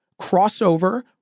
crossover